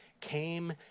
came